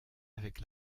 avec